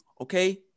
okay